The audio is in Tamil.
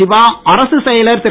சிவா அரசுச் செயலர் திரு